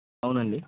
అవునండి